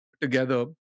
together